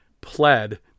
pled